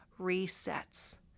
resets